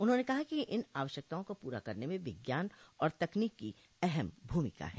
उन्होंने कहा कि इन आवश्यकताओं को पूरा करने में विज्ञान और तकनीक की अहम भूमिका है